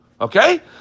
Okay